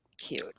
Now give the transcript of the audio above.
cute